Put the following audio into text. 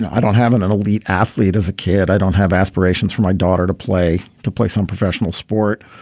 i don't have an elite athlete as a kid. i don't have aspirations for my daughter to play to play some professional sport.